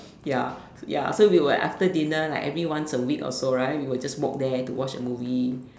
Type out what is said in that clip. ya ya so we would after dinner like every once a week or so right we would just walk there to watch a movie